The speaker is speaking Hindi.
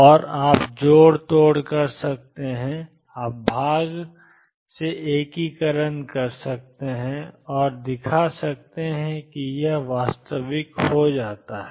और आप जोड़तोड़ कर सकते हैं आप भाग से एकीकरण कर सकते हैं और दिखा सकते हैं कि यह वास्तविक हो जाता है